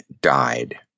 died